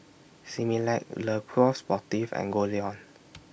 Similac Le Coq Sportif and Goldlion